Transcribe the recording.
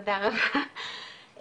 תודה רבה,